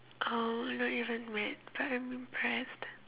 uh not even mad but I'm impressed